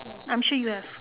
I'm sure you have